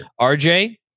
RJ